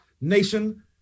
nation